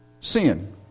Sin